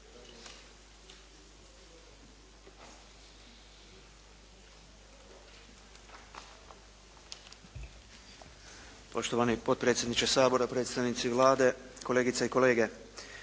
Poštovani potpredsjedniče Sabora, predstavnici Vlade, kolegice i kolege.